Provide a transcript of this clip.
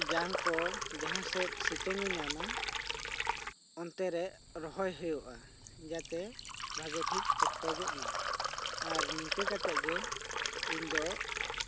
ᱡᱟᱝ ᱠᱚ ᱡᱟᱦᱟᱸ ᱥᱮᱫ ᱥᱤᱛᱩᱝ ᱮ ᱧᱟᱢᱟ ᱚᱱᱛᱮ ᱨᱮ ᱨᱚᱦᱚᱭ ᱦᱩᱭᱩᱜᱼᱟ ᱡᱟᱛᱮ ᱵᱷᱟᱜᱮ ᱴᱷᱤᱠ ᱯᱚᱴᱠᱚᱡᱚᱜ ᱢᱟ ᱟᱨ ᱱᱤᱝᱠᱟ ᱠᱟᱛᱮᱜ ᱜᱮ ᱤᱧᱫᱚ